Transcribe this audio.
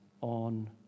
on